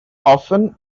often